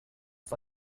for